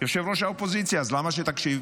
ראש האופוזיציה, אז למה שתקשיב?